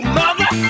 mother